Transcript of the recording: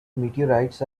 meteorites